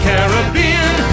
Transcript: Caribbean